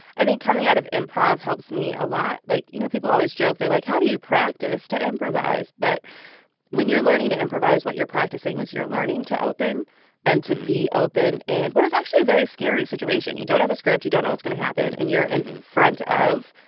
i think coming out of improv helps me a lot. like, you know, people always joke. they're like, how do you practice to improvise? but when you're learning to improvise, what you're practicing is you're learning to open and to be open in and what is actually a very scary situation. you don't have a script. you don't know what's going to happen. and you're in front of